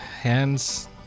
Hands